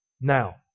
now